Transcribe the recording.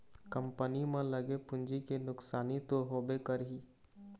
company म लगे पूंजी के नुकसानी तो होबे करही